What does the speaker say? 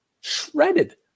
Shredded